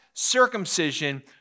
circumcision